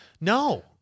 no